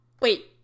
Wait